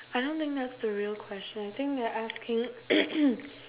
I don't think that's the real question I think they're asking